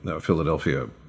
Philadelphia